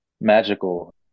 magical